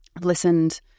listened